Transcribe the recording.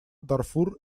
дарфур